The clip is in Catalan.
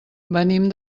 venim